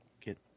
Get